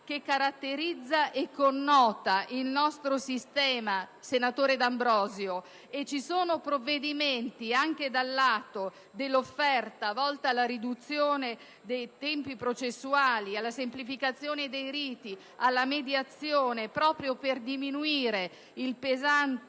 che caratterizza e connota il nostro sistema, senatore D'Ambrosio. Ci sono poi provvedimenti anche dal lato dell'offerta, volti alla riduzione dei tempi processuali, alla semplificazione dei riti, alla mediazione, proprio per diminuire il pesante